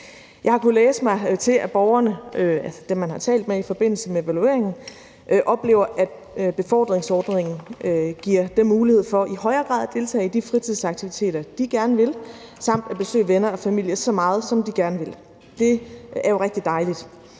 i forbindelse med evalueringen – oplever, at befordringsordningen giver dem mulighed for i højere grad at deltage i de fritidsaktiviteter, de gerne vil, samt at besøge venner og familie så meget, som de gerne vil. Det er jo rigtig dejligt.